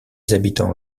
habitants